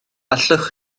allwch